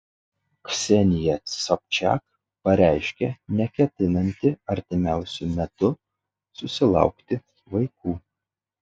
ksenija sobčiak pareiškė neketinanti artimiausiu metu susilaukti vaikų